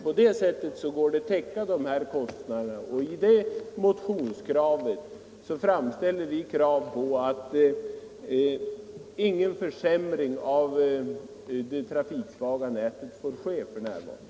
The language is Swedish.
På det viset blir det nämligen möjligt att täcka kostnaderna, och genom den här motionen framställer vi krav på att ingen försämring av det trafiksvaga nätet får ske f.n.